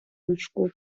мішку